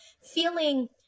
feeling